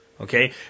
Okay